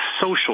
social